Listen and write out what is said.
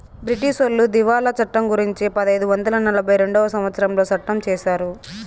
బ్రిటీసోళ్లు దివాళా చట్టం గురుంచి పదైదు వందల నలభై రెండవ సంవచ్చరంలో సట్టం చేశారు